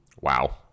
Wow